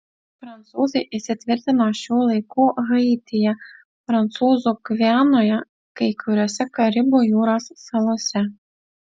prancūzai įsitvirtino šių laikų haityje prancūzų gvianoje kai kuriose karibų jūros salose